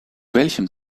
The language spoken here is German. welchem